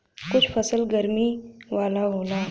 कुछ फसल गरमी वाला होला